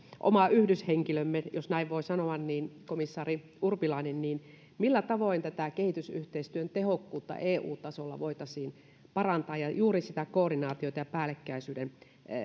oma yhdyshenkilömme jos näin voi sanoa komissaari urpilainen niin millä tavoin kehitysyhteistyön tehokkuutta eu tasolla voitaisiin parantaa ja juuri sitä koordinaatiota ja päällekkäisyyden